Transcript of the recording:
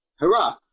Hurrah